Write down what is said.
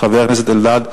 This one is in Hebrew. חבר הכנסת אלדד,